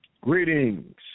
Greetings